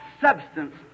substance